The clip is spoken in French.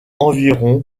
environ